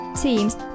teams